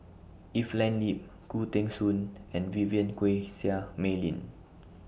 Evelyn Lip Khoo Teng Soon and Vivien Quahe Seah Mei Lin